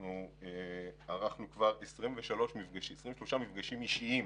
ערכנו כבר 23 מפגשים אישיים